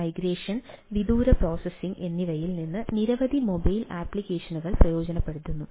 task migration വിദൂര processing എന്നിവയിൽ നിന്ന് നിരവധി മൊബൈൽ അപ്ലിക്കേഷനുകൾ പ്രയോജനപ്പെടുത്തുന്നു